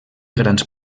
grans